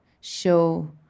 show